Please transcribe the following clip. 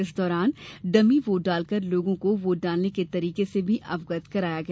इस दौरान dummy vote डालकर लोगों को वोट डालने के तरीके से भी अवगत कराया गया